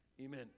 Amen